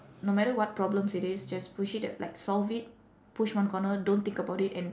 no matter what problems it is just push it a~ like solve it push one corner don't think about it and